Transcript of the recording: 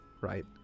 right